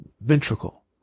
ventricle